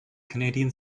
canadian